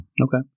Okay